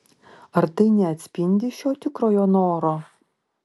ar tai neatspindi šio tikrojo noro